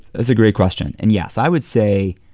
that's a great question. and yes. i would say,